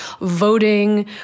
voting